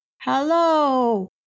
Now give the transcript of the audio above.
hello